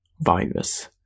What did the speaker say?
virus